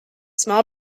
small